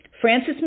Francis